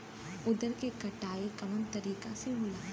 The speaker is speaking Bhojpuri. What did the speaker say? उरद के कटाई कवना तरीका से होला?